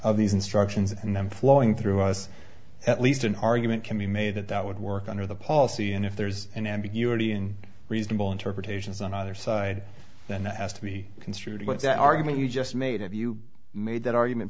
of these instructions and them flowing through us at least an argument can be made that that would work under the policy and if there's an ambiguity in reasonable interpretations on either side then that has to be construed what the argument you just made of you made that argument